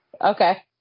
Okay